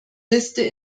liste